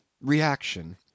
Reaction